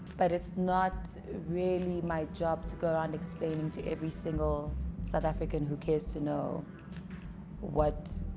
but it's not really my job to go around explaining to every single south african who cares to know what